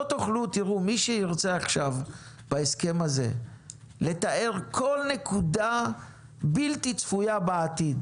מי שירצה עכשיו בהסכם הזה לתאר כל נקודה בלתי צפויה בעתיד